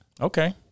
Okay